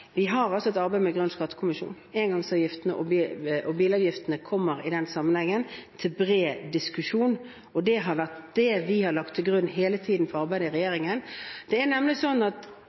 vi har et arbeid med Grønn skattekommisjon. Engangsavgiftene og bilavgiftene kommer i den sammenheng til bred diskusjon, og det er det vi hele tiden har lagt til grunn for arbeidet i regjeringen. Det er nemlig sånn at